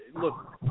Look